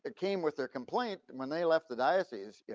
came with their complaint when they left the diocese, yeah